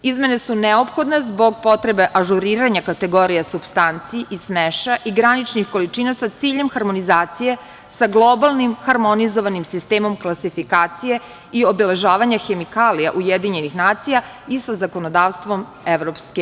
Izmene su neophodne zbog potrebe ažuriranja kategorija supstanci i smeša i graničnih količina sa ciljem harmonizacije sa globalnim harmonizovanim sistemom klasifikacije i obeležavanja hemikalija UN i sa zakonodavstvom EU.